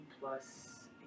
plus